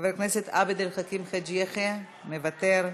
חבר הכנסת עבד אל חכים חאג' יחיא, מוותר,